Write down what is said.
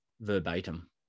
verbatim